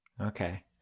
Okay